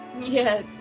Yes